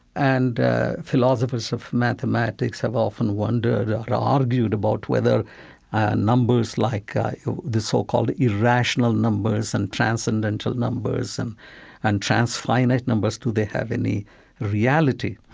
and philosophers of mathematics have often wondered and argued about whether ah numbers like the so-called irrational numbers and transcendental numbers and and transfinite numbers, do they have any reality?